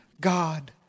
God